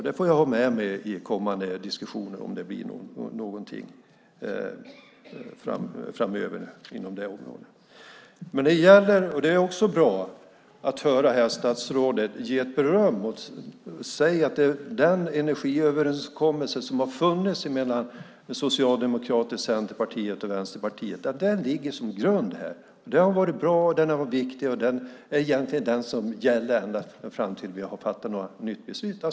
Det får jag ha med mig i kommande diskussioner, om det blir några sådana framöver inom det här området. Det är också bra att höra statsrådet ge beröm och säga att den energiöverenskommelse som har funnits mellan Socialdemokraterna, Centerpartiet och Vänsterpartiet ligger som grund här. Den har varit bra, den är viktig och det är egentligen den som gäller ända fram tills vi har fattat ett nytt beslut.